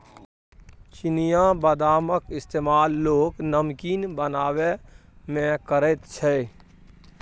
चिनियाबदामक इस्तेमाल लोक नमकीन बनेबामे करैत छै